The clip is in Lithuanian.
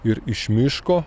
ir iš miško